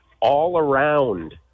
all-around